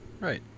Right